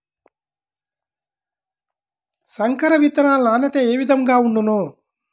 సంకర విత్తనాల నాణ్యత ఏ విధముగా ఉండును?